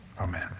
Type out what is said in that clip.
Amen